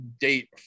date